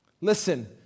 Listen